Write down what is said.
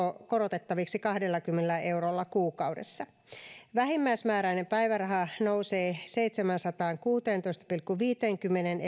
korotettaviksi kahdellakymmenellä eurolla kuukaudessa vähimmäismääräinen päiväraha nousee seitsemäänsataankuuteentoista pilkku viiteenkymmeneen